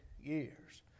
years